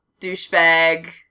douchebag